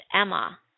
Emma